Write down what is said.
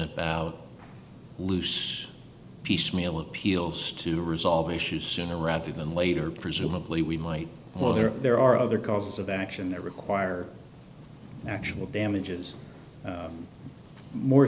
about loose piecemeal appeals to resolve issues sooner rather than later presumably we might well hear there are other causes of action that require actual damages more